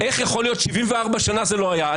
איך יכול להיות ש-74 שנה זה לא היה.